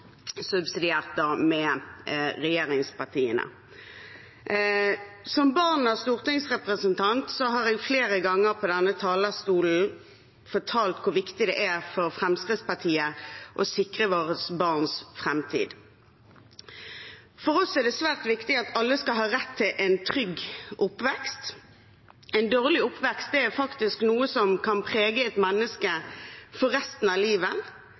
med regjeringspartiene. Som barn av en stortingsrepresentant har jeg flere ganger på denne talerstolen fortalt hvor viktig det er for Fremskrittspartiet å sikre våre barns framtid. For oss er det svært viktig at alle skal ha rett til en trygg oppvekst. En dårlig oppvekst er faktisk noe som kan prege et menneske for resten av livet,